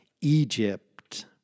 Egypt